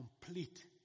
complete